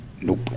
nope